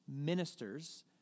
ministers